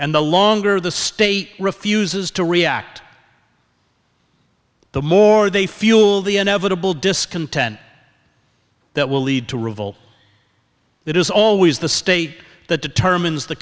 and the longer the state refuses to react the more they fuel the inevitable discontent that will lead to revolt it is always the state that determines the